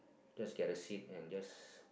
just get a seat and just